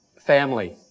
family